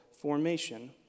formation